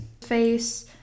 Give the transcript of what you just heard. face